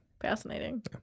Fascinating